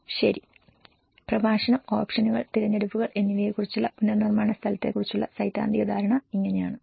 ശക്തി പ്രഭാഷണം ഓപ്ഷനുകൾ തിരഞ്ഞെടുപ്പുകൾ എന്നിവയെക്കുറിച്ചുള്ള പുനർനിർമ്മാണ സ്ഥലത്തെക്കുറിച്ചുള്ള സൈദ്ധാന്തിക ധാരണ ഇങ്ങനെയാണ്